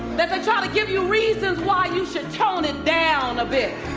that they try to give you reasons why you should tone it down a bit.